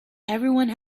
everyone